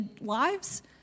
lives